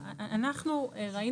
אנחנו מדברים